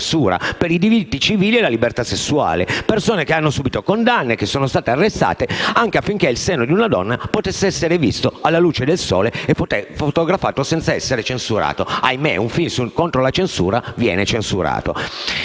per i diritti civili e la libertà sessuale. Sono persone che hanno subito condanne e che sono state arrestate anche affinché il seno di una donna potesse essere visto alla luce del sole e fotografato senza essere censurato. Ahimè, un film contro la censura viene censurato.